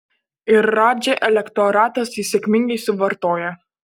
ir radži elektoratas jį sėkmingai suvartoja